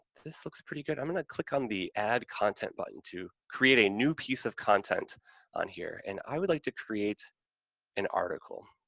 this looks pretty good, i'm going to click on the add content button to create a new piece of content on here, and i would like to create an article.